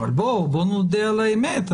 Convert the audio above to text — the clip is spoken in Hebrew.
אבל בואו נודה על האמת,